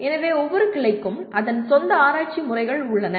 எனவே ஒவ்வொரு கிளைக்கும் அதன் சொந்த ஆராய்ச்சி முறைகள் உள்ளன